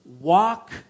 walk